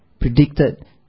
predicted